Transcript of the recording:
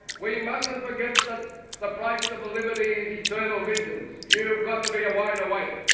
we mustn't forget that the price of liberty is eternal vigilance, you've got to be ah wide awake,